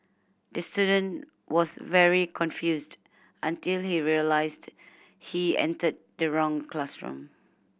the student was very confused until he realised he entered the wrong classroom